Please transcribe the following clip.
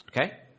Okay